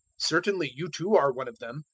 certainly you too are one of them,